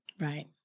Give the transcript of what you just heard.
Right